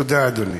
תודה, אדוני.